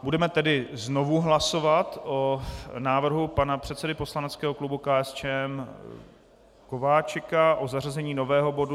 Budeme tedy znovu hlasovat o návrhu pana předsedy poslaneckého klubu KSČM Kováčika o zařazení nového bodu